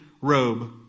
robe